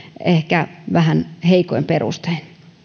ehkä vähän heikoin perustein